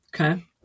Okay